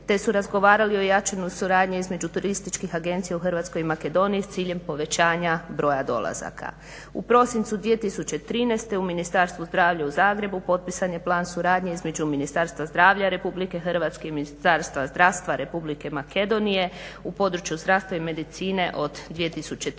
te su razgovarali o jačanju suradnje između turističkih agencija u Hrvatskoj i Makedoniji s ciljem povećanja broja dolazaka. U prosincu 2013.u Ministarstvu zdravlja u Zagrebu potpisan je plan suradnje između Ministarstva zdravlja Republike Hrvatske i Ministarstva zdravstva Republike Makedonije u području zdravstva i medicine od 2013.